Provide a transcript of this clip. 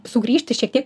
sugrįžti šiek tiek